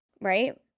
Right